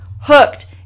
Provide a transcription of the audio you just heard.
hooked